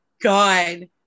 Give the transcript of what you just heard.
God